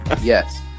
Yes